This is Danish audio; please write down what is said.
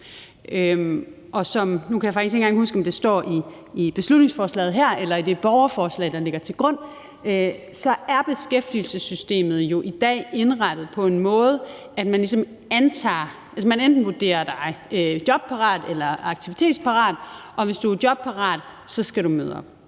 arbejde. Nu kan jeg faktisk ikke engang huske, om det står i beslutningsforslaget her eller i det borgerforslag, der ligger til grund, men beskæftigelsessystemet er jo i dag indrettet på den måde, at man ligesom vurderes til enten at være jobparat eller aktivitetsparat, og hvis du er jobparat, skal du møde op.